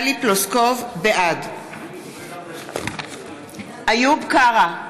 בעד איוב קרא,